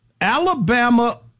Alabama